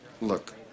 Look